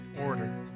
order